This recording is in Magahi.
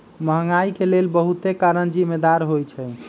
महंगाई के लेल बहुते कारन जिम्मेदार होइ छइ